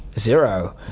zero,